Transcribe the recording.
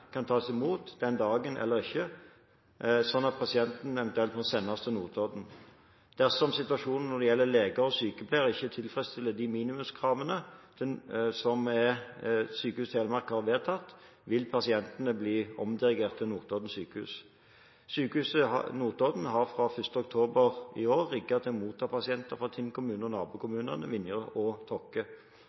kan tas imot den dagen – eller ikke, sånn at pasientene eventuelt må sendes til Notodden. Dersom situasjonen når det gjelder leger og sykepleiere, ikke tilfredsstiller de minimumskravene som Sykehuset Telemark har vedtatt, vil pasientene bli omdirigert til Notodden sykehus. Sykehuset i Notodden har fra 1. oktober i år rigget til for å motta pasienter fra Tinn kommune og nabokommunene Vinje og Tokke.